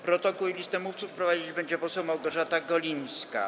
Protokół i listę mówców prowadzić będzie poseł Małgorzata Golińska.